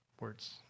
words